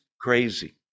crazy